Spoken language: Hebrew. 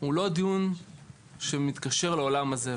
הוא לא דיון שמתקשר לעולם הזה,